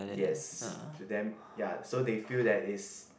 yes to them ya so they feel that it's